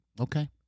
Okay